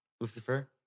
Lucifer